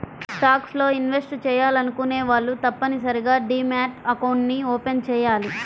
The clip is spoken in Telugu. స్టాక్స్ లో ఇన్వెస్ట్ చెయ్యాలనుకునే వాళ్ళు తప్పనిసరిగా డీమ్యాట్ అకౌంట్ని ఓపెన్ చెయ్యాలి